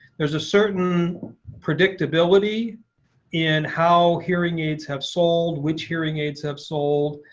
there's a certain predictability in how hearing aids have sold, which hearing aids have sold.